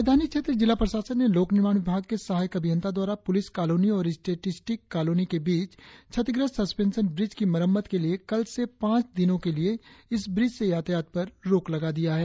राजधानी क्षेत्र जिला प्रशासन ने लोक निर्माण विभाग के सहायक अभियंता द्वारा प्रलिस कॉलोनी और स्टेटिस्टिक्स कॉलोनी के बीच क्षतिग्रस्त सस्पेंशन ब्रिज की मरम्मत के लिए कल से पांच दिनों के लिए इस ब्रिज से यातायात पर रोक लगा दिया है